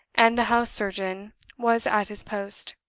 and the house surgeon was at his post.